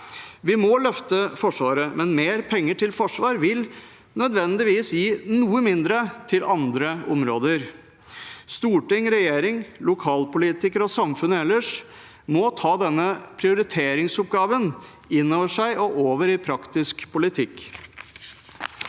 Vi må løfte Forsvaret, men mer penger til forsvar vil nødvendigvis gi noe mindre til andre områder. Storting, regjering, lokalpolitikere og samfunnet ellers må ta denne prioriteringsoppgaven inn over seg og over i praktisk politikk.